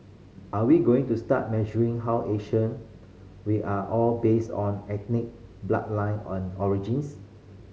are we going to start measuring how Asian we are all based on ethnic bloodline origins